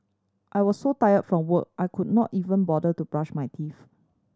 I was so tired from work I could not even bother to brush my teeth